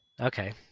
Okay